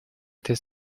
этой